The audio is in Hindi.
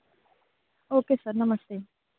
ओके सर नमस्ते